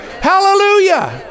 Hallelujah